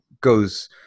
goes